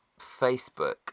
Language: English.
facebook